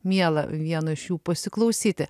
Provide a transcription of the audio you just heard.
miela vieno iš jų pasiklausyti